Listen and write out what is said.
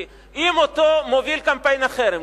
כי אם אותו מוביל קמפיין החרם,